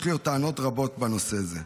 יש לי עוד טענות רבות בנושא זה.